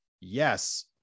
yes